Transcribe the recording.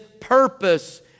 purpose